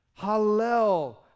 Hallel